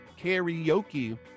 karaoke